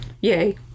Yay